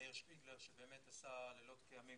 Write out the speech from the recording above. למאיר שפיגלר שבאמת עשה לילות כימים